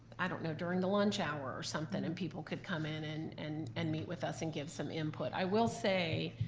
i don't know, during the lunch hour or something, and people could come in and and and meet with us and give some input. i will say,